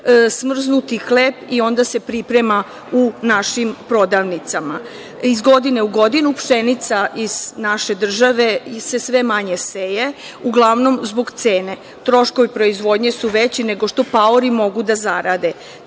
smrznuti hleb i onda se priprema u našim prodavnicama. Iz godine u godinu, pšenica iz naše države se sve manje seje, uglavnom zbog cene. Troškovi proizvodnje su veći nego što paori mogu da zarade.